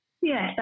yes